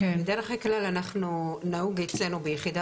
בדרך כלל אנחנו נהוג אצלנו ביחידה